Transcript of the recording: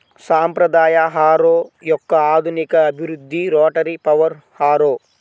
సాంప్రదాయ హారో యొక్క ఆధునిక అభివృద్ధి రోటరీ పవర్ హారో